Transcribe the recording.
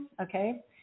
okay